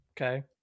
Okay